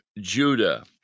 Judah